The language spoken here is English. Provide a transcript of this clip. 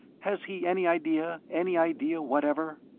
has he any idea, any idea whatever?